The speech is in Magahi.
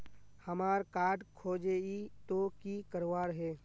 हमार कार्ड खोजेई तो की करवार है?